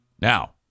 Now